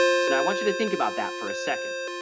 and i want you to think about that for a second.